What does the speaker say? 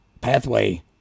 pathway